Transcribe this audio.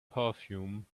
perfume